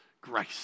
grace